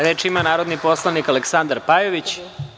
Reč ima narodni poslanik Aleksandar Pajović.